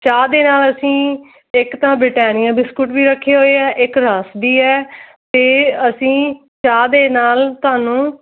ਚਾਹ ਦੇ ਨਾਲ ਅਸੀਂ ਇੱਕ ਤਾਂ ਬ੍ਰਿਟੈਨੀਆ ਬਿਸਕੁਟ ਵੀ ਰੱਖੇ ਹੋਏ ਆ ਇੱਕ ਰਸ ਵੀ ਹੈ ਅਤੇ ਅਸੀਂ ਚਾਹ ਦੇ ਨਾਲ ਤੁਹਾਨੂੰ